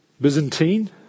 Byzantine